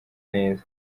neza